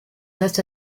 reste